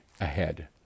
ahead